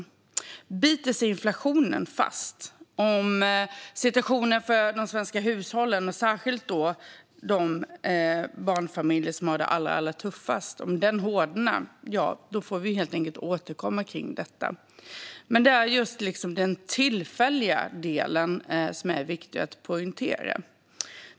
Om inflationen biter sig fast, om situationen för de svenska hushållen hårdnar, särskilt för de barnfamiljer som har det allra tuffast, då får vi helt enkelt återkomma. Men det är den tillfälliga delen som är viktig att poängtera.